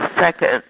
second